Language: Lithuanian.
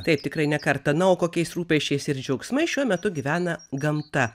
taip tikrai ne kartą na o kokiais rūpesčiais ir džiaugsmais šiuo metu gyvena gamta